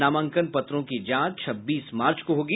नामांकन पत्रों की जांच छब्बीस मार्च को होगी